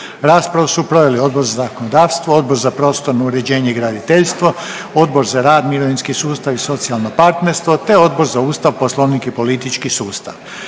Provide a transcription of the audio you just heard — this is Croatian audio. Raspravu su proveli Odbor za zakonodavstvo, Odbor za prostorno uređenje i graditeljstvo, Odbor za rad, mirovinski sustav i socijalno partnerstvo te Odbor za Ustav, Poslovnik i politički sustav.